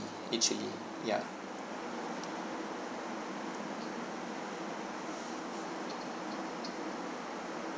actually ya